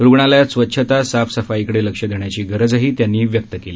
रुग्णालयात स्वच्छता साफ सफाईकडे लक्ष देण्याची गरज त्यांनी व्यक्त केली